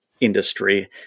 industry